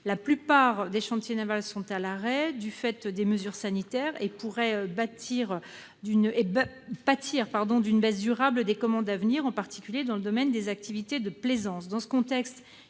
La plupart des chantiers navals sont à l'arrêt, du fait des mesures sanitaires, et pourraient pâtir d'une baisse durable des commandes, en particulier dans le domaine des activités de plaisance.